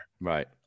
Right